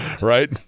right